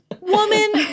Woman